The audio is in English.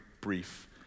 brief